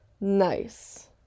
Nice